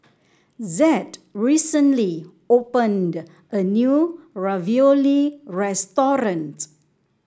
Zed recently opened a new Ravioli restaurant